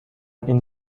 این